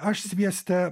aš svieste